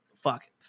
Fuck